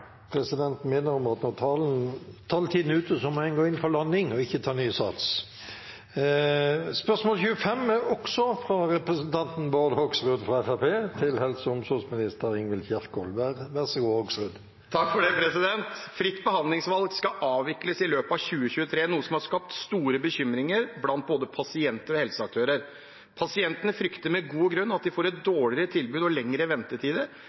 minner om at når taletiden er ute, må man gå inn for landing og ikke ta ny sats. «Fritt behandlingsvalg skal avvikles i løpet av 2023, noe som har skapt stor bekymring blant pasienter og helseaktører. Pasientene frykter med god grunn at de får et dårligere tilbud og lengre ventetider,